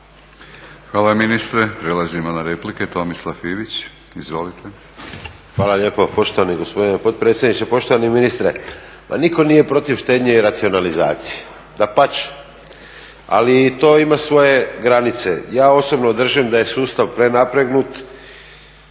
Hvala ministre. Prelazimo na replike, Tomislav Ivić. Izvolite. **Ivić, Tomislav (HDZ)** Hvala lijepo poštovani gospodine potpredsjedniče. Poštovani ministre, ma nitko nije protiv štednje i racionalizacije, dapače ali i to ima svoje granice. Ja osobno držim da je sustav prenapregnut